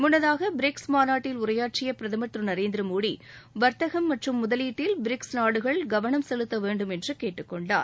முன்னதாக பிரிக்ஸ் மாநாட்டில் உரையாற்றிய பிரதமர் திரு நரேந்திர மோடிவர்த்தகம் மற்றும் முதலீட்டில் பிரிக்ஸ் நாடுகள் கவனம் செலுத்த வேண்டும் என்று கேட்டுக்கொண்டார்